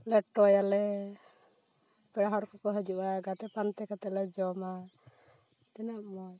ᱞᱮᱴᱚᱭᱟᱞᱮ ᱯᱮᱲᱟ ᱦᱚᱲ ᱠᱚᱠᱚ ᱦᱤᱡᱩᱜᱼᱟ ᱜᱟᱛᱮ ᱯᱟᱱᱛᱮ ᱠᱟᱛᱮᱫ ᱞᱮ ᱡᱚᱢᱟ ᱛᱤᱱᱟᱹᱜ ᱢᱚᱡᱽ